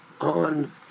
on